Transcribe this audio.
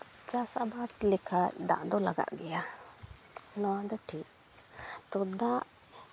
ᱪᱟᱥ ᱟᱵᱟᱫ ᱞᱮᱠᱷᱟᱡ ᱫᱟᱜ ᱫᱚ ᱞᱟᱜᱟᱜ ᱜᱮᱭᱟ ᱱᱚᱣᱟ ᱫᱚ ᱴᱷᱤᱠ ᱛᱳ ᱫᱟᱜ